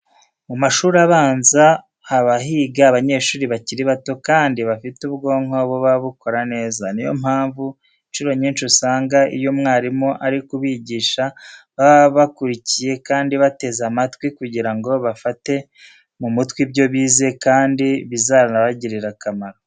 Mu mashuri abanza haba higa abanyeshuri bakiri bato kandi bafite ubwonko buba bukora neza. Ni yo mpamvu incuro nyinshi usanga iyo umwarimu ari kubigisha baba bakurikiye kandi bateze amatwi kugira ngo bafate mu mutwe ibyo bize kandi bizanabagirire akamaro.